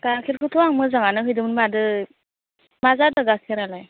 गाइखेरखौथ' आं मोजाङानो हैदोंमोन मादै मा जादों गाइखेरालाय